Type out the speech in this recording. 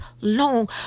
long